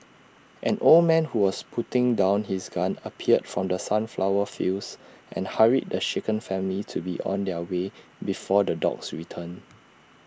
an old man who was putting down his gun appeared from the sunflower fields and hurried the shaken family to be on their way before the dogs return